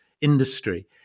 industry